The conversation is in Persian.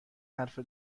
حرف